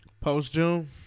Post-June